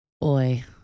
Boy